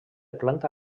planta